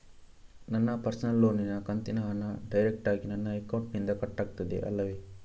ನನ್ನ ಪರ್ಸನಲ್ ಲೋನಿನ ಕಂತಿನ ಹಣ ಡೈರೆಕ್ಟಾಗಿ ನನ್ನ ಅಕೌಂಟಿನಿಂದ ಕಟ್ಟಾಗುತ್ತದೆ ಅಲ್ಲವೆ?